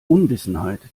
unwissenheit